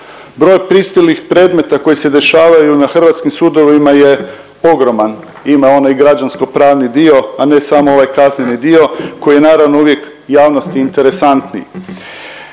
Broj pristiglih predmeta koji se dešavaju na hrvatskim sudovima je ogroman, ima onaj građanskopravni dio, a ne samo ovaj kazneni dio koji je naravno uvijek javnosti interesantniji,